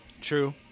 True